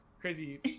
crazy